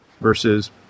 versus